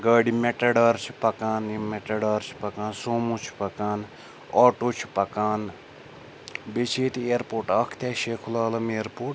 گاڑِ میٚٹاڈار چھِ پَکان یِم میٚٹاڈار چھِ پَکان سوٗمو چھِ پَکان آٹوٗ چھِ پَکان بیٚیہِ چھِ ییٚتہِ اِیَرپوٗرٹ اَکھ تہِ اسہِ شیخ العالَم اِیَرپوٗرٹ